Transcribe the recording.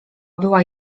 była